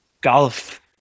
golf